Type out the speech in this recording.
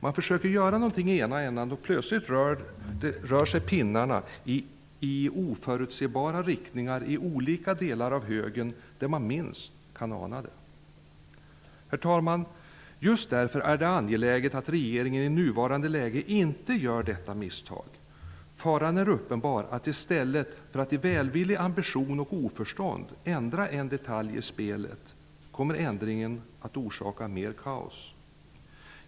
Man försöker göra någonting i ena ändan, då pinnarna plötsligt rör sig i oförutsägbara riktningar i delar av högen där man minst anar det. Herr talman! Det är angeläget att regeringen i nuvarande läge inte gör detta misstag. Faran är uppenbar för att ändringen, i stället för att i välvillig ambition och oförstånd ändra en detalj i spelet, kommer att orsaka mer kaos.